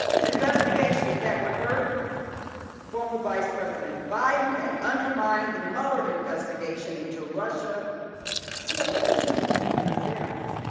investigations that would hurt for ah vice president biden, and undermine the molar investigation into russia election interference.